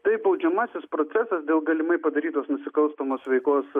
tai baudžiamasis procesas dėl galimai padarytos nusikalstamos veikos